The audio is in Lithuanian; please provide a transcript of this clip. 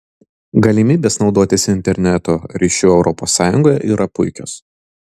galimybės naudotis interneto ryšiu europos sąjungoje yra puikios